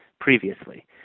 previously